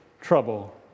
trouble